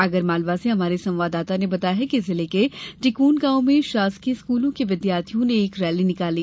आगरमालवा से हमारे संवाददाता ने बताया है कि जिले के टिकोन गॉव में शासकीय स्कूलों के विद्यार्थियों ने एक रैली निकाली